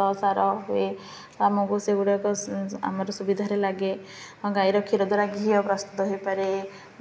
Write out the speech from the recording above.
ତ ସାର ହୁଏ ଆମକୁ ସେଗୁଡ଼ାକ ଆମର ସୁବିଧାରେ ଲାଗେ ଗାଈର କ୍ଷୀର ଦ୍ୱାରା ଘିଅ ପ୍ରସ୍ତୁତ ହେଇପାରେ